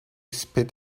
spit